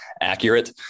accurate